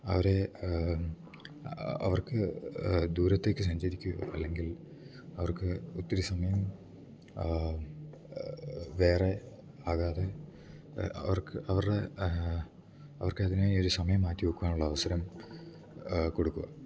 അവരെ അവർക്ക് ദൂരത്തേക്ക് സഞ്ചരിക്കുക അല്ലെങ്കിൽ അവർക്ക് ഒത്തിരി സമയം വേറെ ആകാതെ അവർക്ക് അവരുടെ അവർക്ക് അതിനെ ഒരു സമയം മാറ്റി വയ്ക്കുവാനുള്ള അവസരം കൊടുക്കുക